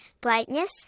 brightness